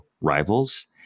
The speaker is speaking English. rivals